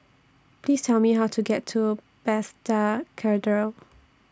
Please Tell Me How to get to Bethesda Cathedral